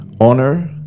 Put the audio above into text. honor